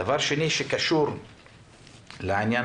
דבר שני שקשור לעניין